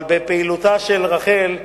אבל בפעילותה של רחל,